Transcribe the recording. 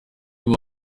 uyu